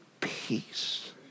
peace